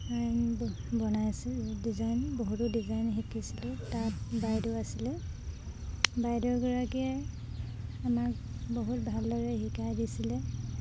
বনাইছিল ডিজাইন বহুতো ডিজাইন শিকিছিলোঁ তাত বাইদেউ আছিলে বাইদেউগৰাকীয়ে আমাক বহুত ভালদৰে শিকাই দিছিলে